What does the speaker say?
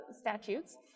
statutes